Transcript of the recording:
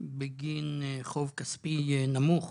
בגין חוב כספי נמוך